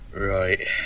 right